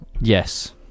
yes